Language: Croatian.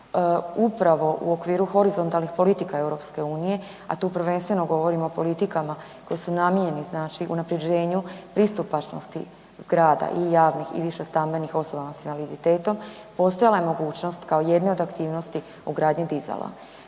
upravo u okviru horizontalnih politika EU, a tu prvenstveno govorimo o politikama koje su namijenjeni, znači unapređenju pristupačnosti zgrada i javnih i višestambenih osobama s invaliditetom, postojala je mogućnost kao jedne od aktivnosti ugradnje dizala.